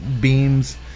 beams